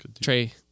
Trey